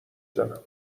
زنم